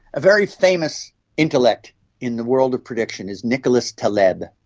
a very famous intellect in the world of prediction is nicholas taleb.